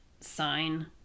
sign